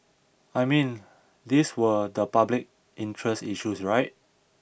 I mean these were the public interest issues right